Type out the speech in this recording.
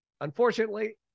unfortunately